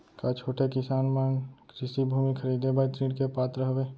का छोटे किसान मन कृषि भूमि खरीदे बर ऋण के पात्र हवे?